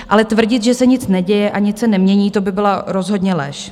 Ale tvrdit, že se nic neděje a nic se nemění, to by byla rozhodně lež.